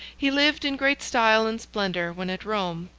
he lived in great style and splendor when at rome,